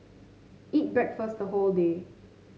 eat breakfast the whole day